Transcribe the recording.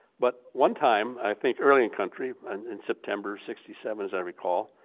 but one time, i think early in country, and in september sixty seven as i recall,